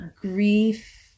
grief